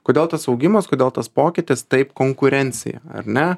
kodėl tas augimas kodėl tas pokytis taip konkurencija ar ne